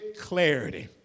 clarity